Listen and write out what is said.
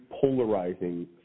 polarizing